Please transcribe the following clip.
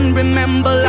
remember